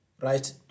right